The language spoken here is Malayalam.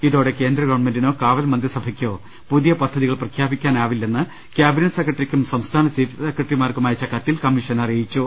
ഇതോടെ കേന്ദ്ര ഗവൺമെന്റിനോ കാവൽ മന്ത്രിസഭ ക്കോ പുതിയ പദ്ധതികൾ പ്രഖ്യാപിക്കാനാവില്ലെന്ന് കൃാബിനറ്റ് സെക്രട്ടറിക്കും സംസ്ഥാന ചീഫ് സെക്രട്ടറിമാർക്കുമയച്ച കത്തിൽ കമ്മീഷൻ അറിയിച്ചു